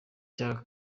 cya